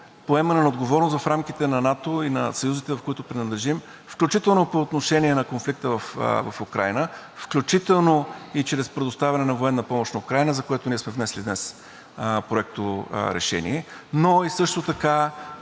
поемане на отговорност в рамките на НАТО и на съюзите, към които принадлежим, включително и по отношение на конфликта в Украйна, включително и чрез предоставяне на военна помощ на Украйна, за което ние сме внесли днес проекторешение, но и също така